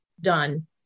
done